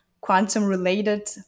quantum-related